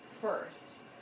first